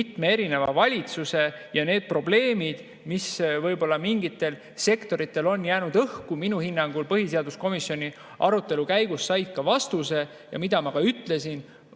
mitme erineva valitsuse, ja need probleemid, mis võib-olla mingitel sektoritel on jäänud õhku, põhiseaduskomisjoni arutelu käigus said ka vastuse. Ja nagu ma ütlesin,